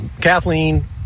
kathleen